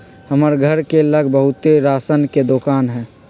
हमर घर के लग बहुते राशन के दोकान हई